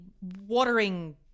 watering